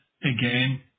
again